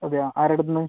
അതെയാ ആരടുത്തുനിന്ന്